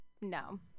No